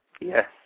Yes